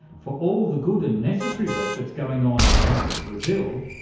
for all the good and necessary work that's going on in parts of brazil,